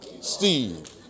Steve